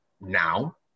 now